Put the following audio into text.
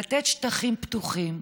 לתת שטחים פתוחים,